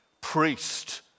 priest